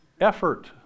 effort